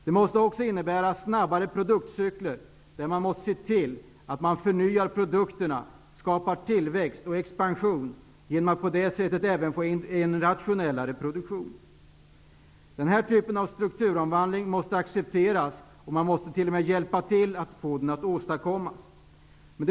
Det här måste också innebära snabbare produktionscykler. Man måste se till att produkterna förnyas, skapa tillväxt och expansionsmöjligheter, och på det sättet även skapa en rationell produktion. Den här typen av strukturomvandlingar måste accepteras, och man måste t.o.m. hjälpa till att åstadkomma dem.